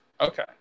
Okay